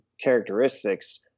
characteristics